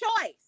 choice